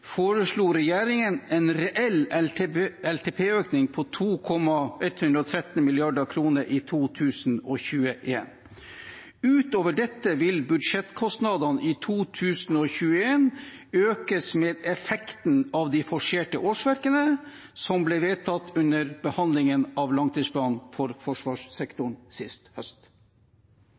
foreslo regjeringen en reell LTP-økning på 2,113 mrd. kr i 2021. Utover dette vil budsjettkostnadene i 2021 økes med effekten av de forserte årsverkene som ble vedtatt under behandlingen av langtidsplanen for forsvarssektoren sist høst.